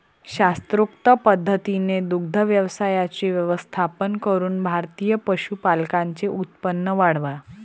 शास्त्रोक्त पद्धतीने दुग्ध व्यवसायाचे व्यवस्थापन करून भारतीय पशुपालकांचे उत्पन्न वाढवा